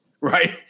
right